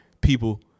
people